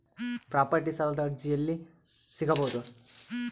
Property ಸಾಲದ ಅರ್ಜಿ ಎಲ್ಲಿ ಸಿಗಬಹುದು?